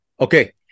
okay